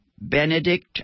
Benedict